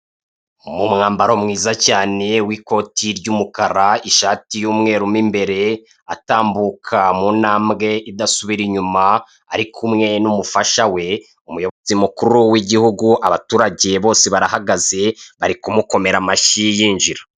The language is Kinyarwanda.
Umwambaro mwiza cyane w'ikote ry'umukara, ishati y'umweru mu imbere atambuka mu intambwe idasubira inyuma arikumwe n'umfasha we, umuyobozi mukuru w'igihugu abaturage bose barahagaze barikumukomera amashyi yinjira.